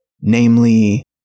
namely